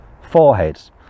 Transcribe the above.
foreheads